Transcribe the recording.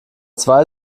zwei